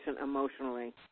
emotionally